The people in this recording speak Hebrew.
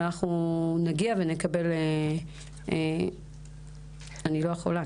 ואנחנו נגיע ונקבל ------ אני לא יכולה,